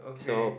so